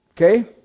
Okay